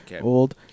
old